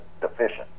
deficient